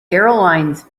airlines